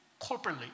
corporately